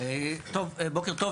בוקר טוב,